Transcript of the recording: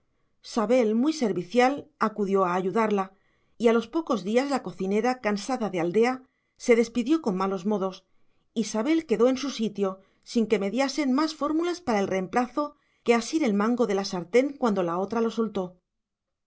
sabel muy servicial acudió a ayudarla y a los pocos días la cocinera cansada de aldea se despidió con malos modos y sabel quedó en su sitio sin que mediasen más fórmulas para el reemplazo que asir el mango de la sartén cuando la otra lo soltó